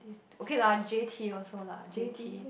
okay lah J_T also lah J_T